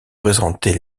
présenter